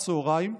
16:00,